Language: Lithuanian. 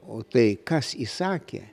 o tai kas įsakė